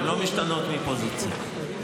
הן לא משתנות מפוזיציה.